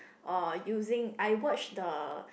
or using I watch the